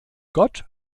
gott